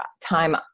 time